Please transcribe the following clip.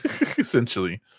essentially